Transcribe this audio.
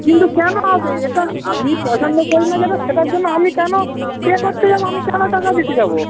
কিন্তু কেন হবে এটা আমি পছন্দ করি না যেটা সেটার জন্য আমি কেন পে করতে যাব আমি কেন টাকা দিতে যাব